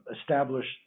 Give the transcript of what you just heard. established